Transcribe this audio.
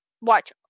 watch